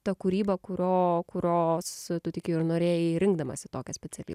ta kūryba kurio kurios tu tik ir norėjai rinkdamasi tokią specialybę